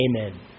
amen